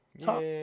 Top